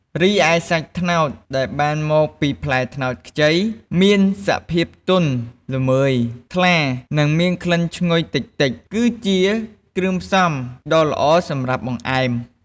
រីឯ សាច់ត្នោត ដែលបានមកពីផ្លែត្នោតខ្ចី មានមានសភាពទន់ល្មើយ ថ្លា និងមានក្លិនឈ្ងុយតិចៗ គឺជាគ្រឿងផ្សំដ៏ល្អសម្រាប់បង្អែម។